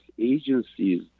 agencies